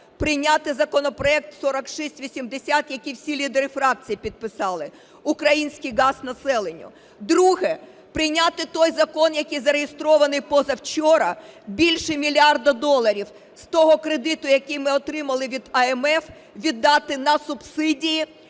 прийняти законопроект 4680, який всі лідери фракцій підписали – український газ населенню. Друге. Прийняти той закон, який зареєстрований позавчора, більше мільярда доларів з того кредиту, який ми отримали від МВФ, віддати на субсидії